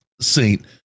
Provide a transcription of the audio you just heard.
Saint